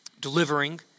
delivering